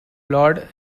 lord